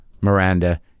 Miranda